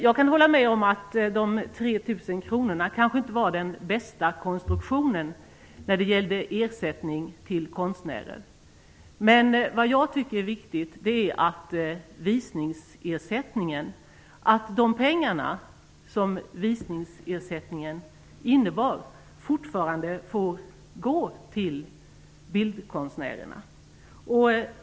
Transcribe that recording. Jag kan hålla med om att de 3 000 kronorna kanske inte var den bästa konstruktionen när det gällde ersättning till konstnärer, men det jag tycker är viktigt är att de pengar som visningsersättningen innebar fortfarande får gå till bildkonstnärerna.